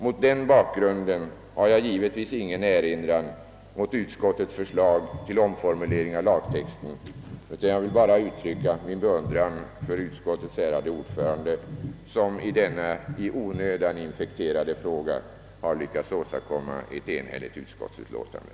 Mot den bakgrunden har jag givetvis ingen erinran att göra mot utskottets förslag till omformulering av lagtexten, utan jag vill bara uttrycka min beundran för utskottets ärade ordförande, som i denna i onödan infekterade fråga har lyckats åstadkomma ett enhälligt utskottsutlåtande.